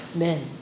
men